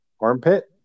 armpit